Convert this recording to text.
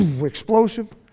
explosive